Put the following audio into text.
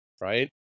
right